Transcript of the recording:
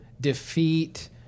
defeat